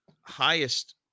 highest